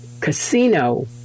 casino